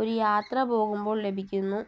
ഒരു യാത്ര പോകുമ്പോൾ ലഭിക്കുന്നു